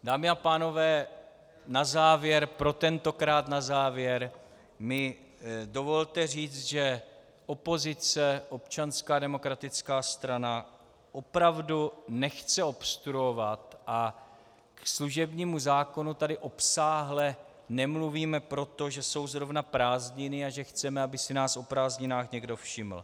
Dámy a pánové, na závěr, pro tentokrát na závěr, mi dovolte říct, že opozice, Občanská demokratická strana opravdu nechce obstruovat a k služebnímu zákonu tady obsáhle nemluvíme proto, že jsou zrovna prázdniny a že chceme, aby si nás o prázdninách někdo všiml.